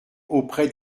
auprès